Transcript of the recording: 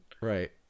Right